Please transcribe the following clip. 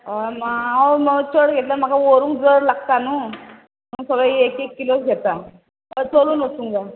म हांव म चड घेतल्या म्हाका व्हरूंक जड लागता न्हू हांव सगळें एक एक किलोच घेतां हय चलून वचूंक जाय